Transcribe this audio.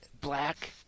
black